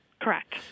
Correct